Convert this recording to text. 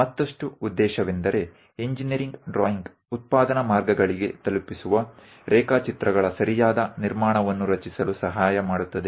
ಮತ್ತಷ್ಟು ಉದ್ದೇಶವೆಂದರೆ engineering drawing ಉತ್ಪಾದನಾ ಮಾರ್ಗಗಳಿಗೆ ತಲುಪಿಸುವ ರೇಖಾಚಿತ್ರಗಳ ಸರಿಯಾದ ನಿರ್ಮಾಣವನ್ನು ರಚಿಸಲು ಸಹಾಯ ಮಾಡುತ್ತದೆ